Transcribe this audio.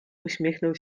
uśmiechnął